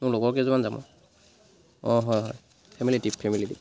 মোৰ লগৰ কেইজনমান যাব অঁ হয় হয় ফেমিলী ট্ৰিপ ফেমিলী ট্ৰিপ